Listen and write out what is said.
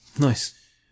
nice